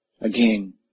again